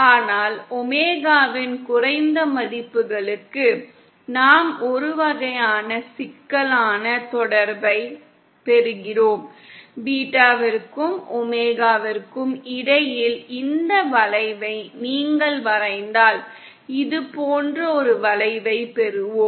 ஆனால் ஒமேகாவின் குறைந்த மதிப்புகளுக்கு நாம் ஒரு வகையான சிக்கலான தொடர்பை பெறுகிறோம் பீட்டாவிற்கும் ஒமேகாவிற்கும் இடையில் இந்த வளைவை நீங்கள் வரைந்தால் இது போன்ற ஒரு வளைவைப் பெறுவோம்